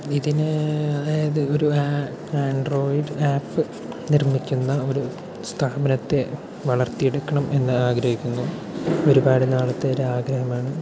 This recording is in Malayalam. ഇതിന് അതായത് ഒരു ആൻഡ്രോയിഡ് ആപ്പ് നിർമ്മിക്കുന്ന ഒരു സ്ഥാപനത്തെ വളർത്തി എടുക്കണം എന്ന് ആഗ്രഹിക്കുന്നു ഒരുപാട് നാളത്തെ ഒരു ആഗ്രഹമാണ്